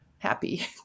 happy